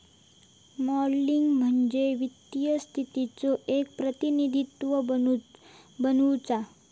modelling म्हणजे वित्तीय स्थितीचो एक प्रतिनिधित्व बनवुचा